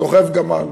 סוחב גמל.